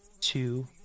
two